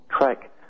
track